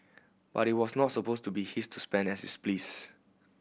but it was not suppose to be he to spend as is pleased